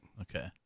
Okay